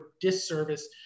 disservice